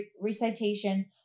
recitation